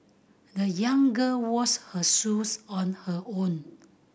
the young girl washed her shoes on her own